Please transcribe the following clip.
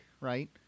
right